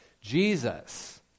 Jesus